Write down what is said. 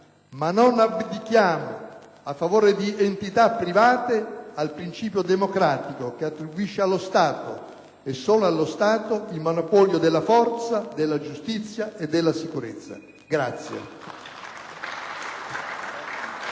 ma non abdichiamo, a favore di entità private, al principio democratico che attribuisce allo Stato, e solo allo Stato, il monopolio della forza, della giustizia e della sicurezza.